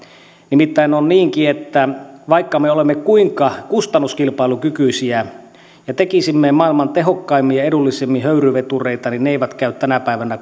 nimittäin on niinkin että vaikka me me olemme kuinka kustannuskilpailukykyisiä ja tekisimme maailman tehokkaimmin ja edullisimmin höyryvetureita niin ne eivät käy tänä päivänä